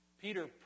Peter